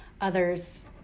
Others